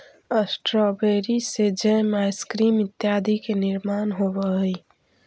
strawberry से jam, ice cream इत्यादि के निर्माण होवऽ हइ